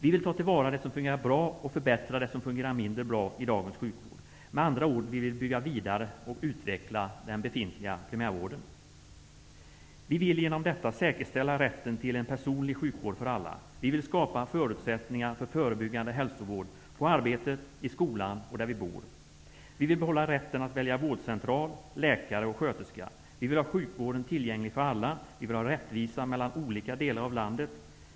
Vi vill ta till vara det som fungerar bra och förbättra det som fungerar mindre bra i dagens sjukvård. Med andra ord vill vi bygga vidare på och utveckla den befintliga primärvården. Vi vill genom detta säkerställa rätten till en personlig sjukvård för alla. Vi vill skapa förutsättningar för förebyggande hälsovård på arbetet, i skolan och där vi bor. Vi vill behålla rätten att välja vårdcentral, läkare och sköterska. Vi vill ha sjukvården tillgänglig för alla, vi vill ha rättvisa mellan olika delar av landet.